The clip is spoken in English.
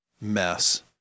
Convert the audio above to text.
mess